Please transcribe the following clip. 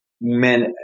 men